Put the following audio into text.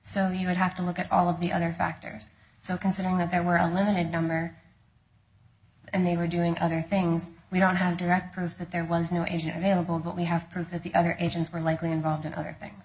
so you would have to look at all of the other factors so considering that there were a limited number and they were doing other things we don't have direct proof but there was no agent mailable but we have proof that the other agents were likely involved in oth